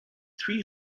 three